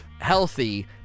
healthy